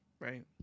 Right